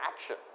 action